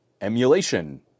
emulation